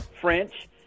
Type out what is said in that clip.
French